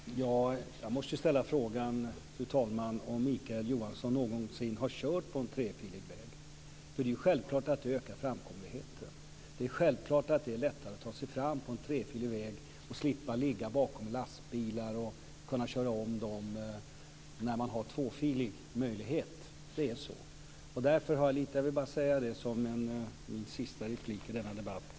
Fru talman! Jag måste ställa frågan om Mikael Johansson någonsin har kört på en trefilig väg. Det är självklart att det ökar framkomligheten. Det är självklart att det är lättare att ta sig fram på en trefilig väg. Man slipper ligga bakom lastbilar utan kan köra om dem till skillnad från hur det är på tvåfiliga vägar. Det är så. Jag vill säga detta som det sista i denna debatt.